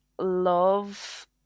love